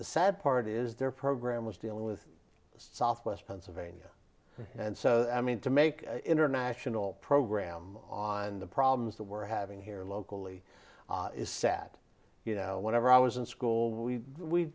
the sad part is their program was dealing with southwest pennsylvania and so i mean to make international program on the problems that we're having here locally is sad you know whenever i was in school we